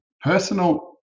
personal